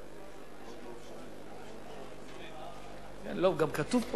אין צורך, הרי אף אחד לא מבקש כלכלה.